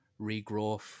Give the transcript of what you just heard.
regrowth